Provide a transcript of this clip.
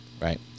right